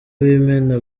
b’imena